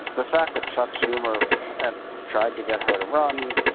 the fact that chuck schumer and tried to get her to run,